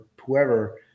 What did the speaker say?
whoever